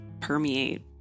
permeate